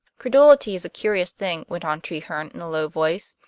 credulity is a curious thing, went on treherne in a low voice.